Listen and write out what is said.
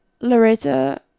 Loretta